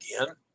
again